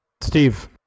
Steve